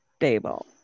table